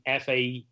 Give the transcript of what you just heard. FA